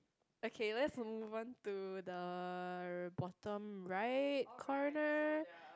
okay lets move on to the bottom right corner